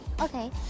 okay